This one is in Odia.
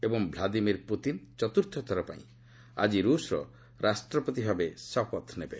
ଏବଂ ଭ୍ଲାଦିମିର୍ ପୁତିନ୍ ଚତୁର୍ଥ ଥରପାଇଁ ଆଜି ରୁଷ୍ର ରାଷ୍ଟ୍ରପତି ଭାବେ ଶପଥ ନେବେ